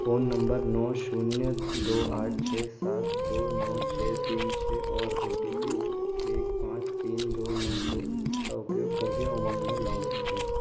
phone number नौ शून्य दो आठ छः सात दो नौ छः तीन छः और ओ टी पी एक पाँच तीन दो नौ दो का उपयोग कर के उमंग में लॉगइन करें